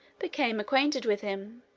became acquainted with him,